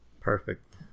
Perfect